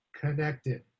connected